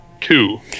Two